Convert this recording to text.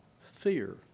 fear